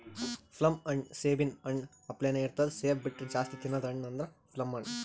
plum ಹಣ್ಣ್ ಸೇಬಿನ್ ಹಣ್ಣ ಅಪ್ಲೆನೇ ಇರ್ತದ್ ಸೇಬ್ ಬಿಟ್ರ್ ಜಾಸ್ತಿ ತಿನದ್ ಹಣ್ಣ್ ಅಂದ್ರ ಪ್ಲಮ್ ಹಣ್ಣ್